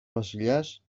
βασιλιάς